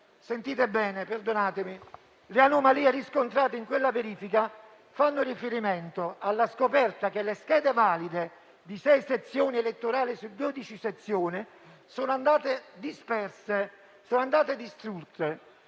Le anomalie riscontrate in quella verifica fanno riferimento alla scoperta che le schede valide di sei sezioni elettorali su dodici sezioni sono andate disperse,